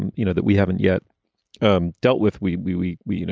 and you know, that we haven't yet um dealt with oui, oui, oui, oui, you know